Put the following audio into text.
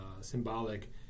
symbolic